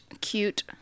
cute